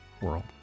world